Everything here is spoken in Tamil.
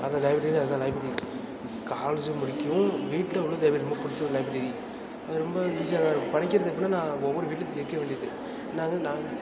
அதுதான் லைப்ரரில அதான் லைப்ரரி காலேஜும் பிடிக்கும் வீட்டில உள்ள லைப்ரரி ரொம்ப பிடிச்ச ஒரு லைப்ரரி அது ரொம்ப ஈஸியாக தான் இருக்கும் படிக்கிறது எப்படின்னா நான் ஒவ்வொரு வீட்டிலையும் வைக்க வேண்டியது நான் வந்து நான்